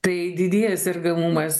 tai didėja sergamumas